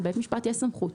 לבית משפט יש סמכות.